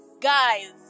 guys